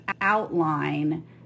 outline